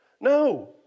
No